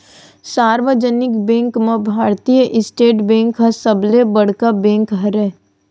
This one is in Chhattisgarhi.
सार्वजनिक बेंक म भारतीय स्टेट बेंक ह सबले बड़का बेंक हरय